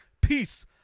Peace